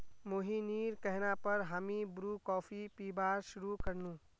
मोहिनीर कहना पर हामी ब्रू कॉफी पीबार शुरू कर नु